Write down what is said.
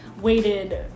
waited